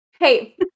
Hey